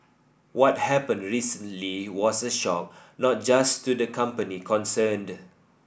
what happened recently was a shock not just to the company concerned